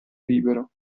libero